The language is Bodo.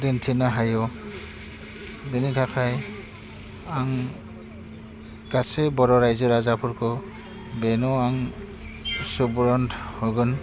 दिन्थिनो हायो बेनि थाखाय आं गासै बर' राज्यो राजाफोरखौ बेन' आं सुबुरुन होगोन